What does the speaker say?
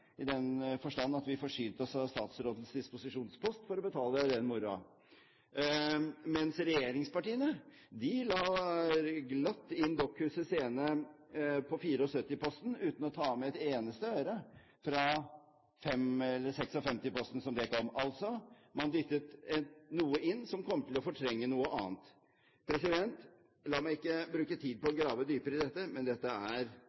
i den forstand at vi forsynte oss av statsrådens disposisjonspost for å betale den moroa, mens regjeringspartiene glatt la Dokkhuset Scene inn under 74-posten, uten å ta med et eneste øre fra 56-posten. Man dyttet altså noe inn som kom til å fortrenge noe annet. La meg ikke bruke tid på å grave dypere i dette, men dette er